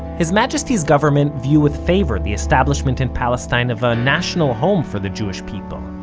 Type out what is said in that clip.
his majesty's government view with favour the establishment in palestine of a national home for the jewish people,